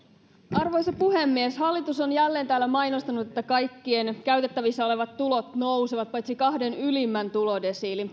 arvoisa puhemies hallitus on jälleen täällä mainostanut että kaikkien käytettävissä olevat tulot nousevat paitsi kahden ylimmän tulodesiilin